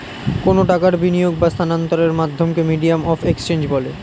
কোনো টাকার বিনিয়োগ বা স্থানান্তরের মাধ্যমকে মিডিয়াম অফ এক্সচেঞ্জ বলে